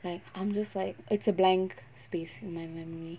like I'm just like it's a blank space in my memory